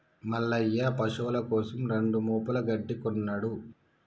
మల్లయ్య పశువుల కోసం రెండు మోపుల గడ్డి కొన్నడు